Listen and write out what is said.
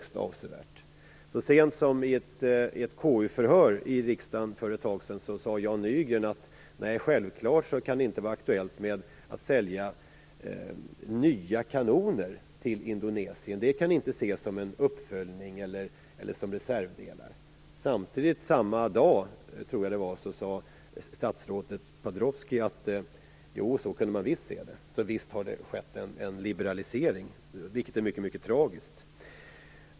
Så sent som vid ett KU-förhör i riksdagen för ett tag sedan sade Jan Nygren: Nej, självklart kan det inte vara aktuellt att sälja nya kanoner till Indonesien. Det kan inte ses som en uppföljning eller som reservdelar. Samma dag, tror jag det var, sade statsrådet Pagrotsky att man visst kunde se det så. Det har alltså skett en liberalisering, vilket är mycket tragiskt.